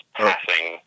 passing